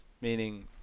meaning